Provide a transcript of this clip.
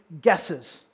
guesses